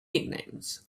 nicknames